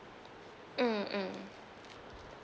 mm mm